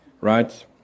right